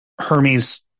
Hermes